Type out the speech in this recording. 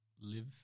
live